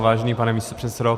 Vážený pane místopředsedo.